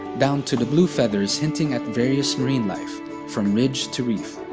down to to blue feathers hinting at various marine life from ridge to reef.